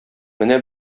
менә